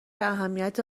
اهمیت